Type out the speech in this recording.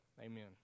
Amen